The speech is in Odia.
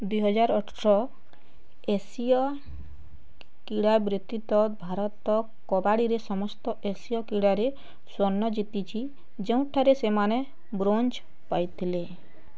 ଦୁଇହଜାର ଅଠର ଏସୀୟ କ୍ରୀଡ଼ା ବ୍ୟତୀତ ଭାରତ କବାଡ଼ିରେ ସମସ୍ତ ଏସୀୟ କ୍ରୀଡ଼ାରେ ସ୍ୱର୍ଣ୍ଣ ଜିତିଛି ଯେଉଁଠାରେ ସେମାନେ ବ୍ରୋଞ୍ଜ୍ ପାଇଥିଲେ